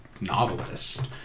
novelist